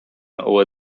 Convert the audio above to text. over